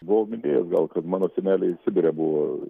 buvau minėjęs gal kad mano seneliai sibire buvo